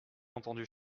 entendu